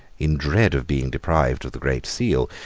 in dread of being deprived of the great seal,